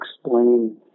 explain